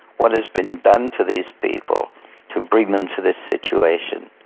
what has been done to these people to bring them to this situation?